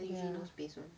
ya